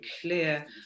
clear